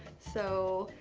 so,